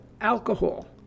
Alcohol